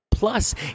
Plus